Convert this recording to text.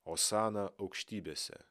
osana aukštybėse